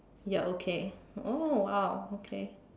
ya okay oh !wow! okay